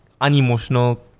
unemotional